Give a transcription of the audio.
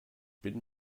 bin